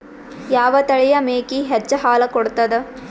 ಯಾವ ತಳಿಯ ಮೇಕಿ ಹೆಚ್ಚ ಹಾಲು ಕೊಡತದ?